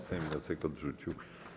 Sejm wniosek odrzucił.